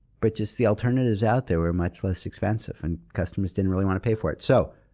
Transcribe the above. but just the alternatives out there were much less expensive, and customers didn't really want to pay for it. so,